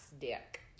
dick